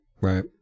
Right